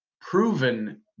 proven